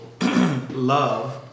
love